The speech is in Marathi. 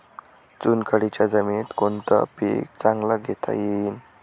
चुनखडीच्या जमीनीत कोनतं पीक चांगलं घेता येईन?